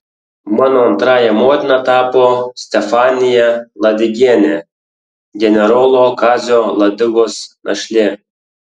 mano antrąja motina tapo stefanija ladigienė generolo kazio ladigos našlė